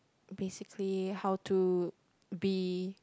basically how to be